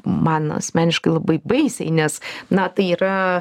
man asmeniškai labai baisiai nes na tai yra